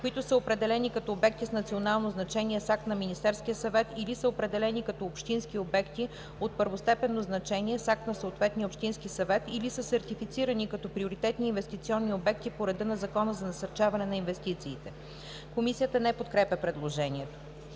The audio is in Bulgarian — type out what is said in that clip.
които са определени като обекти с национално значение, с акт на Министерския съвет или са определени като общински обекти от първостепенно значение с акт на съответния общински съвет или са сертифицирани като приоритетни инвестиционни обекти по реда на Закона за насърчаване на инвестициите.“ Комисията не подкрепя предложението.